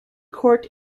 court